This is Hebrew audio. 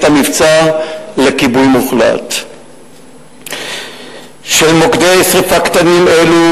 המבצע לכיבוי מוחלט של מוקדי שרפה קטנים אלו,